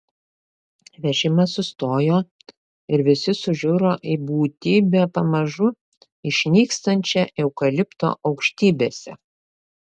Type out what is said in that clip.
vežimas sustojo ir visi sužiuro į būtybę pamažu išnykstančią eukalipto aukštybėse